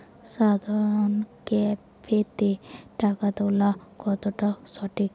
সাধারণ ক্যাফেতে টাকা তুলা কতটা সঠিক?